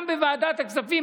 גם בוועדת הכספים,